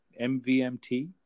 MVMT